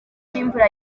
n’imvura